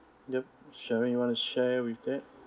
yup sharon you want to share with that